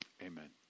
amen